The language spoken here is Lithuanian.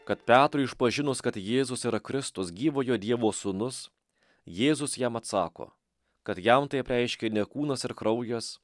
kad petrui išpažinus kad jėzus yra kristus gyvojo dievo sūnus jėzus jam atsako kad jam tai apreiškė ne kūnas ir kraujas